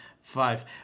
five